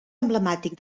emblemàtic